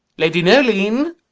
lady noeline,